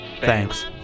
Thanks